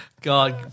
God